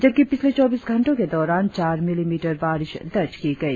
जबकि पिछले चौबीस घंटों के दौरान चार मीलीमीटर बारिश दर्ज की गई